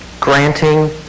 granting